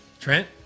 Trent